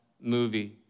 movie